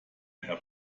herr